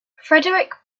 frederic